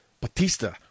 batista